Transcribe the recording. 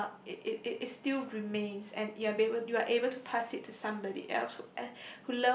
uh it it it it still remains and you are be able you are able to pass it to somebody else who uh